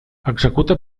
executa